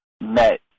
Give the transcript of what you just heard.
met